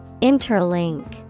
Interlink